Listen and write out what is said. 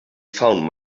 found